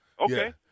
Okay